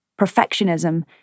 Perfectionism